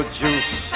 juice